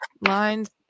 lines